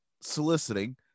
soliciting